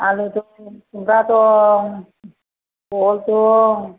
आलु दं खुमब्रा दं बहल दं